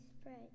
spread